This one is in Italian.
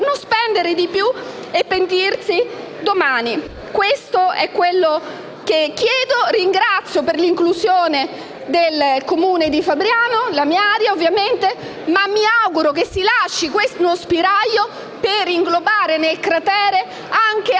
non spendere di più e pentirsi domani: questo è ciò che chiedo. Ringrazio inoltre per l'inclusione del Comune di Fabriano, la mia area, ma mi auguro che si lasci uno spiraglio per inglobare nel cratere anche